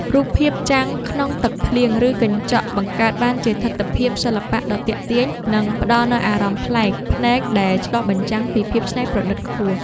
រូបភាពចាំងក្នុងទឹកភ្លៀងឬកញ្ចក់បង្កើតបានជាទិដ្ឋភាពសិល្បៈដ៏ទាក់ទាញ និង ផ្តល់នូវអារម្មណ៍ប្លែកភ្នែកដែលឆ្លុះបញ្ចាំងពីភាពច្នៃប្រឌិតខ្ពស់។